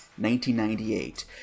1998